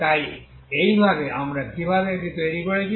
তাই এইভাবেই আমরা কিভাবে এটি তৈরি করেছি